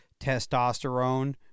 testosterone